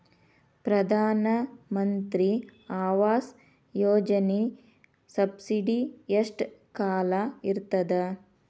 ಪ್ರಧಾನ ಮಂತ್ರಿ ಆವಾಸ್ ಯೋಜನಿ ಸಬ್ಸಿಡಿ ಎಷ್ಟ ಕಾಲ ಇರ್ತದ?